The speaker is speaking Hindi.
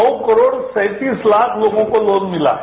नौ करोड़सैंतीस लाख लोगों को लोन मिला है